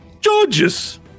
Georges